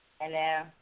Hello